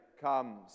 comes